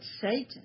Satan